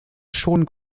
schon